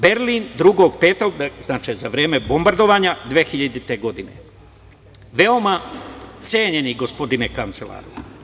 Berlin, 2. maja, za vreme bombardovanja 2000. godine, veoma cenjeni gospodine kancelaru.